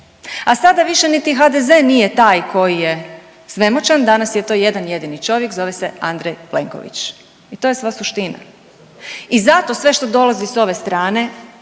A sada više niti HDZ nije taj koji je svemoćan, danas je to jedan jedini čovjek zove se Andrej Plenković i to je sva suština. I zato sve što dolazi s ove strane,